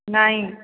ନାହିଁ